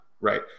right